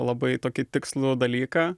labai tokį tikslų dalyką